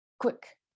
Quick